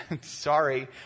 sorry